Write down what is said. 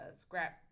scrap